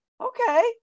Okay